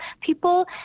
people